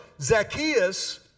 Zacchaeus